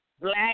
black